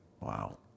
Wow